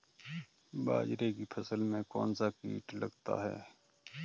बाजरे की फसल में कौन सा कीट लगता है?